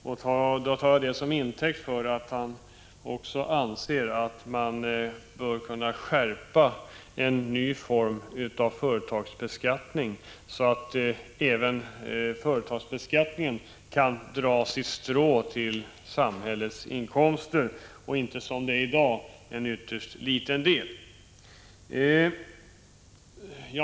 Jag tar det som intäkt för att han också anser att man bör kunna införa en ny, mera skärpt form av företagsbeskattning så att även den kan dra sitt strå till stacken när det gäller samhällets inkomster och att vi inte skall ha det som i dag. I dag kommer ju en ytterst liten del av samhällsinkomsterna därifrån.